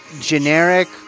generic